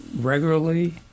regularly